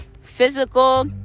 physical